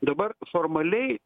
dabar formaliai